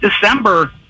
December